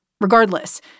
Regardless